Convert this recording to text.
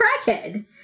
crackhead